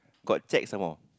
got cheque some more